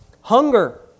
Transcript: Hunger